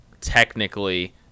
technically